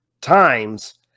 times